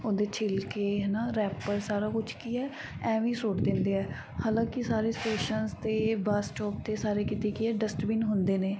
ਉਹਦੇ ਛਿਲਕੇ ਹੈ ਨਾ ਰੈਪਰ ਸਾਰਾ ਕੁਛ ਕੀ ਹੈ ਐਵੇਂ ਹੀ ਸੁੱਟ ਦਿੰਦੇ ਹੈ ਹਾਲਾਂਕਿ ਸਾਰੇ ਸਟੇਸ਼ਨ 'ਤੇ ਬੱਸ ਸਟੋਪ 'ਤੇ ਸਾਰੇ ਕਿਤੇ ਕੀ ਹੈ ਡਸਟਬੀਨ ਹੁੰਦੇ ਨੇ